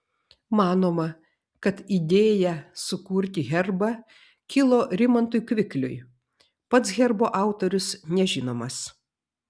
manoma kad idėja sukurti herbą kilo rimantui kvikliui pats herbo autorius nežinomas